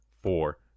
four